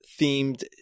themed